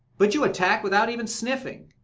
but you attack without even sniffing.